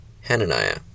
Hananiah